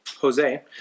Jose